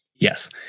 Yes